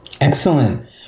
Excellent